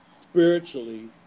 spiritually